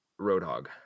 Roadhog